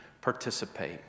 participate